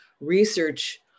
research